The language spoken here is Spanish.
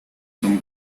son